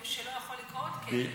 גירוש שלא יכול לקרות, כן.